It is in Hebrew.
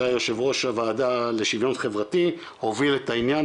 שהיה יושב ראש הוועדה לשוויון חברתי הוביל את העניין,